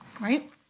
Right